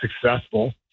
successful